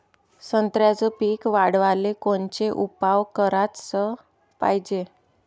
संत्र्याचं पीक वाढवाले कोनचे उपाव कराच पायजे?